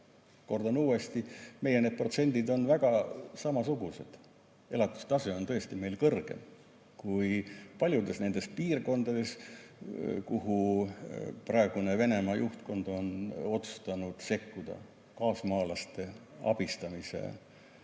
kordan uuesti, et meie protsendid on väga samasugused. Elatustase on meil tõesti kõrgem kui paljudes neis piirkondades, kuhu praegune Venemaa juhtkond on otsustanud sekkuda kaasmaalaste abistamise ülla